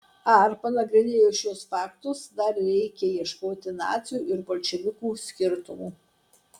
ar panagrinėjus šiuos faktus dar reikia ieškoti nacių ir bolševikų skirtumų